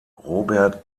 robert